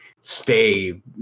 stay